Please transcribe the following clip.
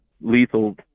lethal